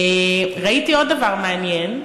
ראיתי עוד דבר מעניין,